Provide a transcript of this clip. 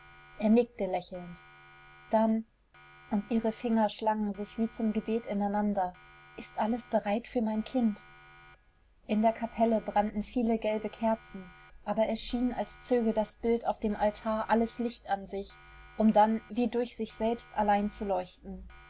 er nickte lächelnd dann und ihre finger schlangen sich wie zum gebet ineinander ist alles bereit für mein kind in der kapelle brannten viele gelbe kerzen aber es schien als zöge das bild auf dem altar alles licht an sich um dann wie durch sich selbst allein zu leuchten